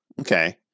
Okay